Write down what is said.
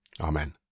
Amen